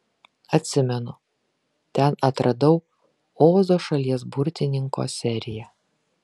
atsimenu ten atradau ozo šalies burtininko seriją